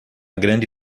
grande